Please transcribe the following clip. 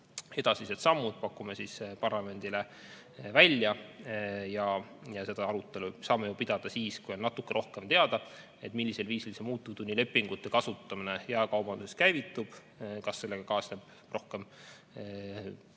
edasised sammud ja pakume parlamendile välja. Seda arutelu saame pidada siis, kui on natuke rohkem teada, millisel viisil muutuvtunnilepingute kasutamine jaekaubanduses käivitub, kas sellega kaasneb rohkem